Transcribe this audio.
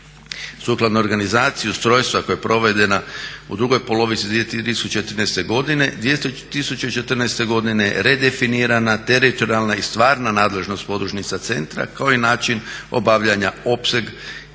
Sukladno organizaciji ustrojstva koja je provedena u drugoj polovici 2013.godine 2014.godine redefinirana teritorijalna i stvarna nadležnost podružnica centra kao i način obavljanja opsega